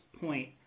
point